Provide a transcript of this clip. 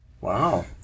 Wow